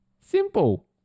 Simple